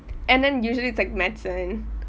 and then usually take medicine